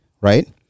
right